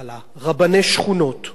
שמקבלים את שכרם מהמדינה,